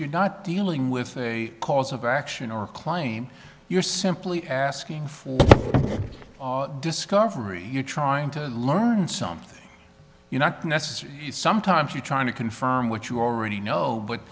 you're not dealing with a cause of action or claim you're simply asking for discovery you're trying to learn something you know necessary sometimes you're trying to confirm what you already know but